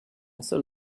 saw